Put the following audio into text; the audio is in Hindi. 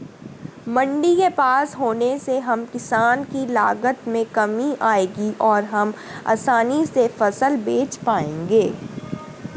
मंडी के पास होने से हम किसान की लागत में कमी आएगी और हम आसानी से फसल बेच पाएंगे